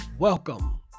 Welcome